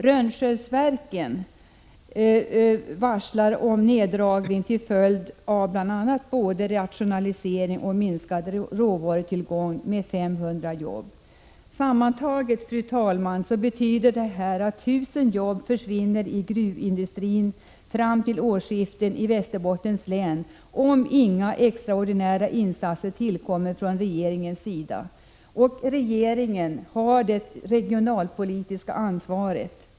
Rönnskärsverken varslar om neddragning med 500 jobb till följd av både rationalisering och minskad råvarutillgång. Sammantaget betyder detta att 1000 jobb försvinner i gruvindustrin i Västerbottens län fram till årsskiftet 1987-1988 om inga extraordinära insatser tillkommer från regeringens sida — det är regeringen som bär det regionalpolitiska ansvaret.